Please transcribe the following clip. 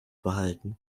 behalten